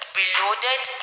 reloaded